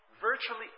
Virtually